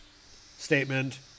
Statement